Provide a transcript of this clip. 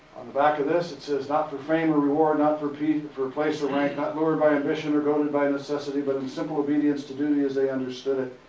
on the back of this it says not for fame or reward, not for p, for a place, or rank, not lured by ambition, or goaded by necessity, but in simple obedience to duty as they understood it,